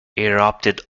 erupted